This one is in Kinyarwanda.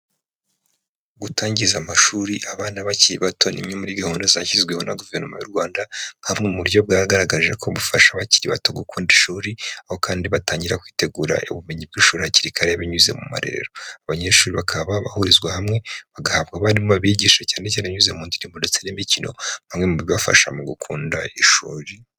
Gutangiza amashuri abana bakiri bato, ni imwe muri gahunda zashyizweho na guverinoma y'u Rwanda, nka bumwe mu buryo bwagaragaje ko bufasha abakiri bato gukunda ishuri, aho kandi batangira kwitegura ubumenyi bw'ishuri hakiri kare binyuze mu marerero, abanyeshuri bakaba bahurizwa hamwe, bagahabwa abarimu babigisha cyane cyane binyuze mu ndirimbo ndetse n'imikino, bamwe mu bibafasha mu gukunda ishuri.